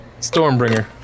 Stormbringer